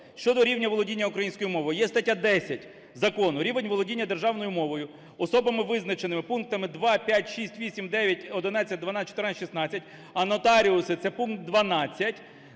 Щодо рівня володіння українською мовою. Є стаття 10 Закону: "Рівень володіння державною мовою особами, визначеними пунктами 2, 5, 6, 8, 9, 11, 12, 13, 16 – а нотаріуси – це пункт 12